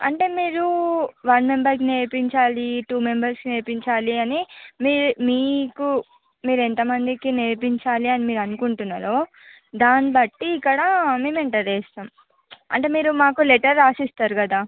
అంటే మీరు వన్ మెంబర్కి నేర్పించాలి టూ మెంబర్స్కి నేర్పించాలి అని మీరు మీకు మీరు ఎంత మందికి నేర్పించాలి అని మీరు అనుకుంటున్నారో దాన్ని బట్టి ఇక్కడ మేము ఎంటర్ చేస్తాం అంటే మీరు మాకు లెటర్ రాసిస్తారు కదా